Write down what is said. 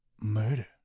Murder